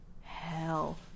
hell